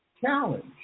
challenge